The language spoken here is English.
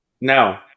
No